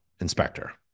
inspector